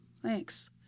Thanks